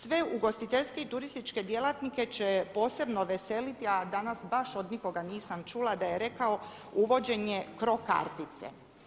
Sve ugostiteljske i turističke djelatnike će posebno veseliti, a danas baš od nikoga nisam čula da je rekao uvođenje CRO kartice.